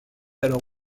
alors